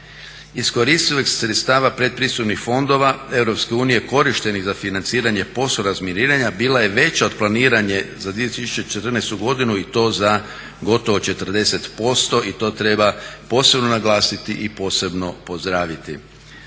iskoristivost sredstava pretpristupnih fondova EU korištenih za financiranje poslova razminiranja bila je veća od planiranog za 2014.godinu i to za gotovo 40% i to treba posebno naglasiti i posebno pozdraviti.